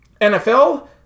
NFL